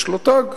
יש לו תג.